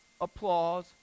applause